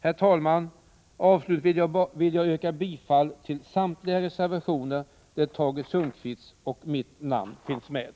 Herr talman! Avslutningsvis vill jag yrka bifall till samtliga reservationer där Tage Sundkvists och mitt namn finns med.